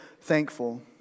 thankful